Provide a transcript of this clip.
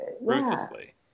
ruthlessly